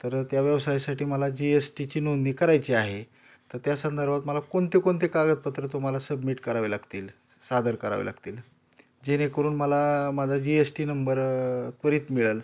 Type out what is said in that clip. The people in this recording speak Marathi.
तर त्या व्यवसायासाठी मला जी एस टीची नोंदणी करायची आहे तर त्या संदर्भात मला कोणते कोणते कागदपत्र तुम्हाला सबमिट करावे लागतील सादर करावे लागतील जेणेकरून मला माझा जी एस टी नंबर त्वरित मिळेल